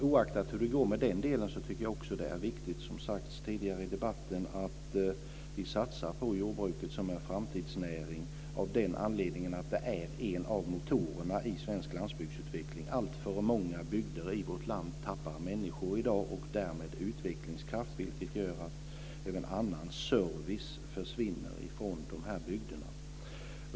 Oaktat hur det går med den delen tycker jag också att det är viktigt, som sagts tidigare i debatten, att vi satsar på jordbruket som en framtidsnäring av den anledningen att det är en av motorerna i svensk landsbygdsutveckling. Alltför många bygder i vårt land tappar människor och därmed utvecklingskraft, vilket gör att även annan service försvinner från de här bygderna.